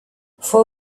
fue